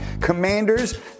Commanders